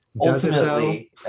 Ultimately